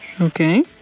Okay